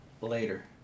later